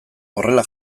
horrela